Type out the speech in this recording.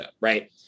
Right